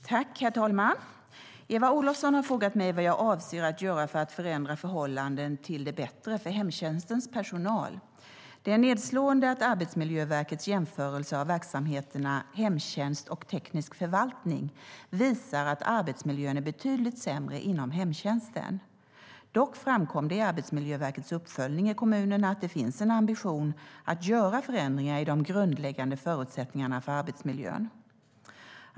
Herr talman! Eva Olofsson har frågat mig vad jag avser att göra för att förändra förhållandena till det bättre för hemtjänstens personal. Det är nedslående att Arbetsmiljöverkets jämförelse av verksamheterna hemtjänst och teknisk förvaltning visar att arbetsmiljön är betydligt sämre inom hemtjänsten. Dock framkom det i Arbetsmiljöverkets uppföljning i kommunerna att det finns en ambition att göra förändringar i de grundläggande förutsättningarna för arbetsmiljön.